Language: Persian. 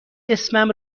اسمم